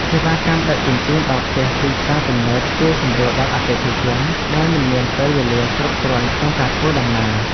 សេវាកម្មដឹកជញ្ជូនដល់ផ្ទះពីផ្សារទំនើបជួយសម្រួលដល់អតិថិជនដែលមិនមានពេលវេលាគ្រប់គ្រាន់ក្នុងការធ្វើដំណើរ។